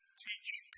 teach